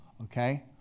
Okay